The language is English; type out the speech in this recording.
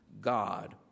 God